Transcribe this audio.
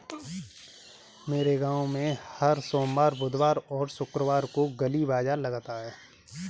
मेरे गांव में हर सोमवार बुधवार और शुक्रवार को गली बाजार लगता है